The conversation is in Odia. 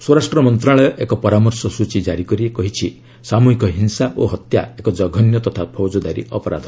ସ୍ୱରାଷ୍ଟ୍ର ମନ୍ତ୍ରଣାଳୟ ଏକ ପରାମର୍ଶ ସୂଚୀ ଜାରି କରି କହିଛି ସାମୃହିକ ହିଂସା ଓ ହତ୍ୟା ଏକ ଜଘନ୍ୟ ତଥା ଫୌଜଦାରୀ ଅପରାଧ